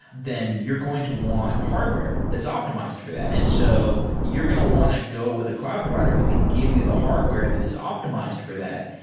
then you're going to want hardware that's optimized for that. and so you're going to want to go with a cloud provider who can give you the hardware that is optimized for that,